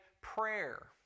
prayer